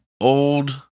old